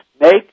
make